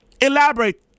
elaborate